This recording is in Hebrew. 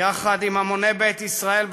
יחד עם המוני בית ישראל,